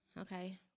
Okay